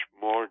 more